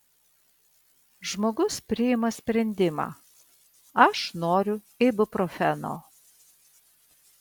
žmogus priima sprendimą aš noriu ibuprofeno